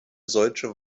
solche